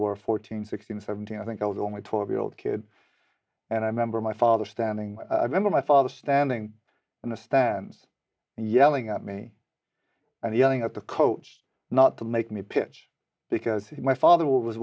were fourteen sixteen seventeen i think i was only twelve year old kid and i remember my father standing i remember my father standing in the stands and yelling at me and yelling at the coach not to make me a pitch because he my father was